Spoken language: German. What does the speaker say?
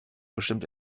bestimmt